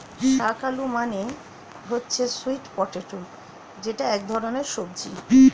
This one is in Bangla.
শাক আলু মানে হচ্ছে স্যুইট পটেটো যেটা এক ধরনের সবজি